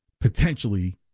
potentially